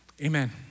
Amen